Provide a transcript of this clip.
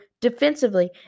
defensively